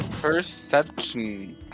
Perception